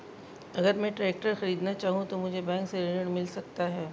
अगर मैं ट्रैक्टर खरीदना चाहूं तो मुझे बैंक से ऋण मिल सकता है?